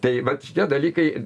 tai vat šitie dalykai